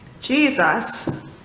Jesus